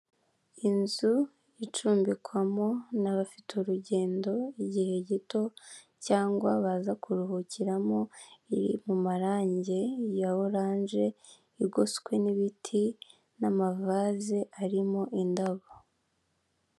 Inzu icumbikwamo n'abafite urugendo igihe gito cyangwa baza kuruhukiramo, iri mu marangi ya orange, igoswe n'ibiti n'amavase arimo indabo.